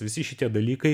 visi šitie dalykai